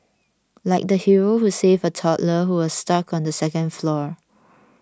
like the hero who saved a toddler who was stuck on the second floor